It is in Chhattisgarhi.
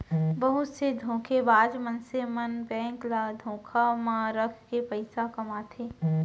बहुत से धोखेबाज मनसे मन बेंक ल धोखा म राखके पइसा कमाथे